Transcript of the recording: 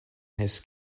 his